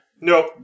Nope